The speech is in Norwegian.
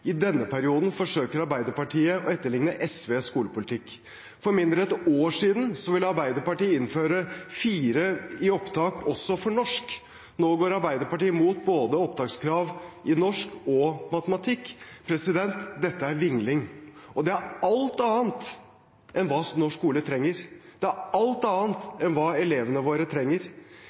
I denne perioden forsøker Arbeiderpartiet å etterligne SVs skolepolitikk. For mindre enn ett år siden ville Arbeiderpartiet innføre karakteren 4 som opptakskrav også i norsk. Nå går Arbeiderpartiet imot opptakskrav både i norsk og i matematikk. Dette er vingling, og det er alt annet enn hva norsk skole trenger, det er alt annet enn hva elevene våre trenger.